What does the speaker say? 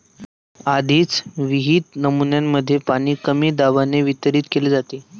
आधीच विहित नमुन्यांमध्ये पाणी कमी दाबाने वितरित केले जाते